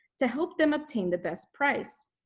to help them obtain the best price.